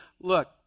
look